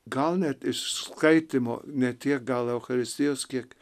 gal net išskaitymo ne tiek gal eucharistijos kiek